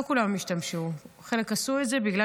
לא כולם השתמשו; חלק עשו את זה בגלל